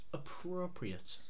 appropriate